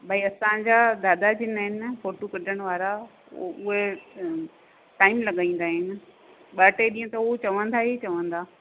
भई असांजा दादा जिनि आहिनि फोटू कढण वारा उ उहे टाइम लॻाईंदा आहिनि ॿ टे ॾींहं त हू चवंदा ई चवंदा